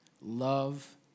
love